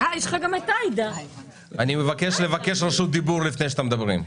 אני מבקש לבקש רשות דיבור לפני שאתם מדברים.